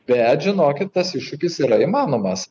bet žinokit tas iššūkis yra įmanomas